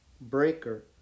Breaker